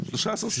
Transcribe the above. סיעות?